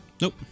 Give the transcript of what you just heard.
nope